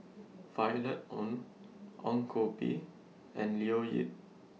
Violet Oon Ong Koh Bee and Leo Yip